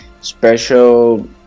special